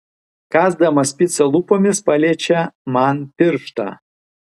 kąsdamas picą lūpomis paliečia man pirštą